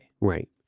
Right